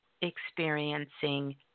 experiencing